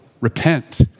repent